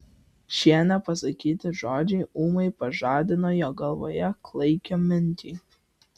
šie nepasakyti žodžiai ūmai pažadino jo galvoje klaikią mintį